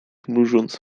mrużąc